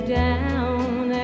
down